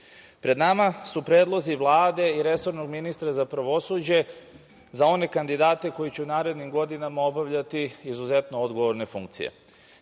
nama su predlozi Vlade i resornog ministra za pravosuđe, za one kandidate koji će u narednim godinama obavljati izuzetno odgovorne funkcije.